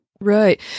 Right